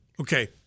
Okay